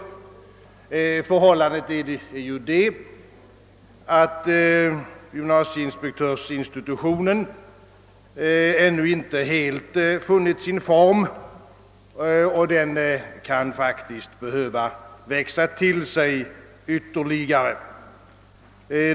Förhållandet är ju, att gymnasieinspektörsinstitutionen ännu inte helt funnit sin form och faktiskt kan behöva växa till sig ytterligare.